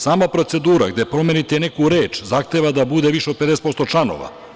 Sama procedura gde promenite neku reč zahteva da bude više od 50% članova.